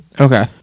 okay